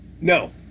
No